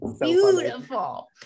Beautiful